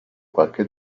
qualche